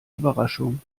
überraschung